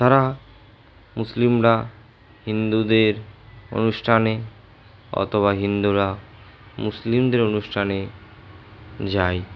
তারা মুসলিমরা হিন্দুদের অনুষ্ঠানে অথবা হিন্দুরা মুসলিমদের অনুষ্ঠানে যায়